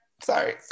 Sorry